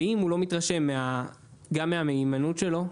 אם הוא לא מתרשם גם מהמהימנות שלו,